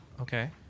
Okay